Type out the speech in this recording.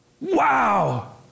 Wow